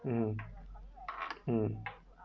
um um